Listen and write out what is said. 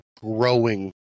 growing